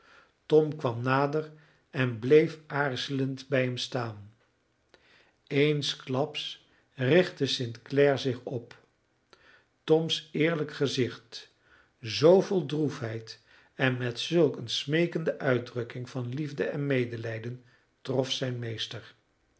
tom kwam nader en bleef aarzelend bij hem staan eensklaps richtte st clare zich op toms eerlijk gezicht zoo vol droefheid en met zulk een smeekende uitdrukking van liefde en medelijden trof zijn meester